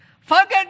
Forget